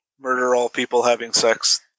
murder-all-people-having-sex